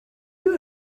you